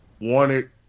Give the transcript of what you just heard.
wanted